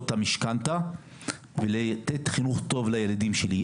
את המשכנתה ולתת חינוך טוב לילדים שלי.